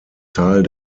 teil